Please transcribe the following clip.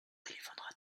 téléphonera